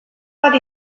bat